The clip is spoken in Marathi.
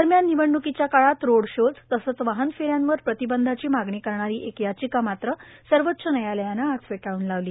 दरम्यान निवडणुकीच्या काळात रोड शोज तसंच वाहन फेऱ्यांवर प्रतिबंधाची मागणी करणारी एक याचिका मात्र सर्वोच्च न्यायालयानं आज फेटाळून लावली